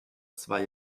zwei